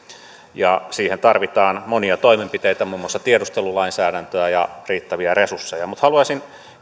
siihen tarvitaan monia toimenpiteitä muun muassa tiedustelulainsäädäntöä ja riittäviä resursseja mutta haluaisin